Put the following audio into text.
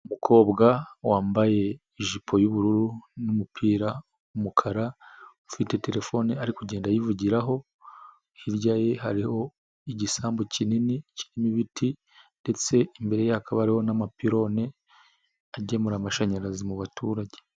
Umukobwa wambaye ijipo yubururu n' numupira w'umukara, ufite terefone ari kugenda yivugiraho, hirya ye hariho igisambu kinini kirimo ibiti, ndetse imbere hakaba hariho n'amapironi agemura amashanyarazi mu baturage.